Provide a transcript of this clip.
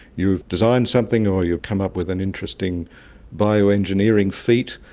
you've designed something or you've come up with an interesting bioengineering feet,